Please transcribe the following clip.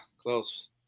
Close